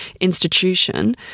institution